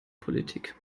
politik